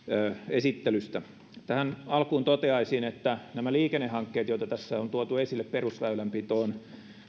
esittelystä tähän alkuun toteaisin että nämä liikennehankkeet joita tässä on tuotu esille perusväylänpitoon